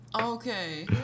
Okay